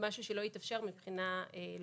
משהו שלא התאפשר מבחינה לוגיסטית,